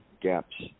gaps